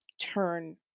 turn